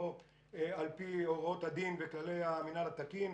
על פי הוראות הדין וכללי המינהל התקין.